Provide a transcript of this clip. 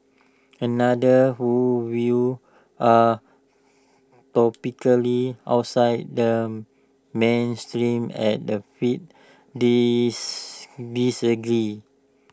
another who views are topically outside the mainstream at the fed disagreed